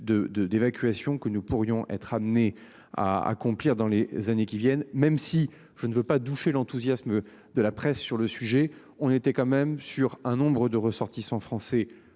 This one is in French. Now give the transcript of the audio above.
d'évacuation que nous pourrions être amenés à accomplir dans les années qui viennent, même si je ne veux pas douché l'enthousiasme de la presse sur le sujet, on était quand même sur un nombre de ressortissants français